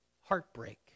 heartbreak